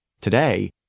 Today